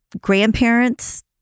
grandparents